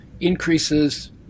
increases